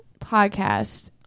podcast